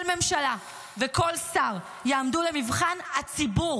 כל ממשלה וכל שר יעמדו למבחן הציבור,